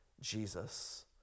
Jesus